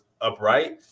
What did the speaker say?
upright